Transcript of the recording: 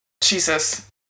Jesus